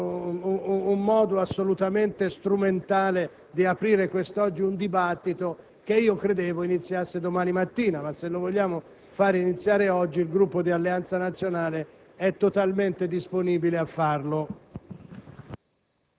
un modo assolutamente strumentale di aprire quest'oggi un dibattito che credevo iniziasse domani mattina. Se vogliamo che inizi oggi, il Gruppo di Alleanza Nazionale è totalmente disponibile a farlo.